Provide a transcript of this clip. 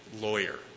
lawyer